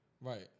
Right